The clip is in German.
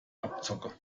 abzocke